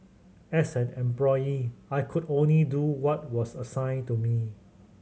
as an employee I could only do what was assigned to me